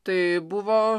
tai buvo